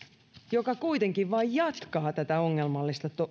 joka kuitenkin vain jatkaa tätä ongelmallista